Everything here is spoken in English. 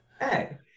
Hey